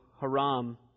Haram